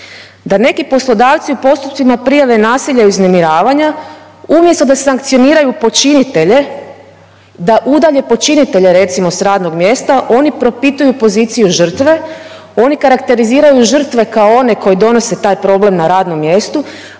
da neki poslodavci u postupcima prijave nasilja i uznemiravanja umjesto da sankcioniraju počinitelje, da udalje počinitelje recimo sa radnog mjesta oni propituju poziciju žrtve, oni karakteriziraju žrtve kao one koji donose taj problem na radnom mjestu.